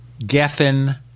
Geffen